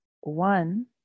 One